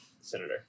senator